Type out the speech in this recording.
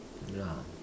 ya